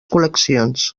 col·leccions